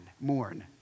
mourn